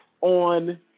on